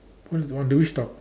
whi~ or do we stop